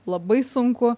labai sunku